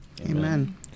Amen